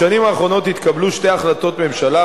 בשנים האחרונות התקבלו שתי החלטות ממשלה,